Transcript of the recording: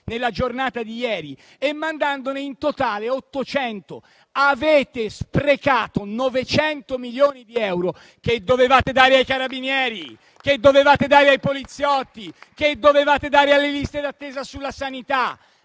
nella giornata di ieri e mandandone in totale 800. Avete sprecato 900 milioni di euro che dovevate dare ai Carabinieri, ai poliziotti, alle liste d'attesa sulla sanità.